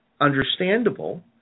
understandable